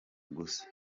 gusa